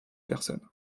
personnes